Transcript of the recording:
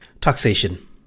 Taxation